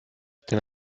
den